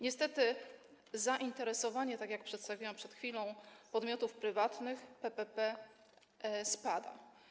Niestety, zainteresowanie, tak jak przedstawiłam przed chwilą, podmiotów prywatnych PPP spada.